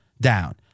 down